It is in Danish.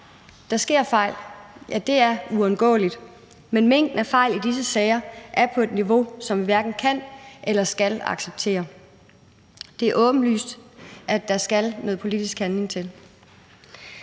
Der sker fejl, det er uundgåeligt, men mængden af fejl i disse sager er på et niveau, som vi hverken kan eller skal acceptere. Det er åbenlyst, at der skal noget politisk handling til.